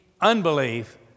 Unbelief